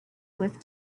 with